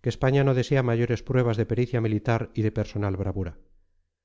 que españa no desea mayores pruebas de pericia militar y de personal bravura